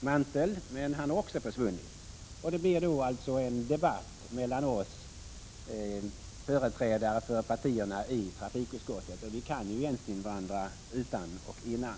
mantel, men statsministern är nu också försvunnen. Det blir då alltså en debatt mellan partiernas företrädare i trafikutskottet, och vi kan ju varandra utan och innan.